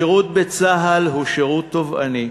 השירות בצה"ל הוא שירות תובעני,